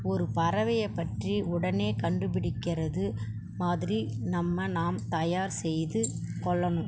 ஒரு பறவையைப் பற்றி உடனே கண்டுபிடிக்கிறது மாதிரி நம்ம நாம் தயார் செய்துக் கொள்ளணும்